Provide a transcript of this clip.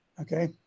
Okay